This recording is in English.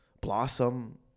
Blossom